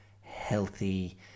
healthy